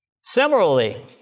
Similarly